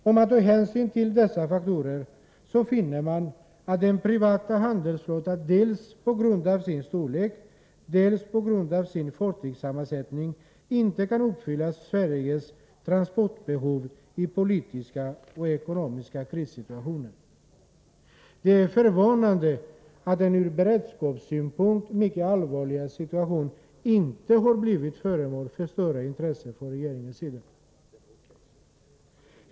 Om man tar hänsyn till dessa faktorer, finner man att den privata handelsflottan dels på grund av sin storlek, dels på grund av sin fartygssammansättning inte kan uppfylla Sveriges transportbehov i politiska och ekonomiska krissituationer. Det är förvånande att den från beredskapssynpunkt mycket allvarliga situationen inte har blivit föremål för större intresse från regeringens sida.